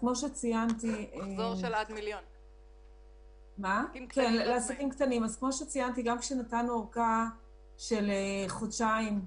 כמו שציינתי, גם כשנתנו ארכה של חודשיים,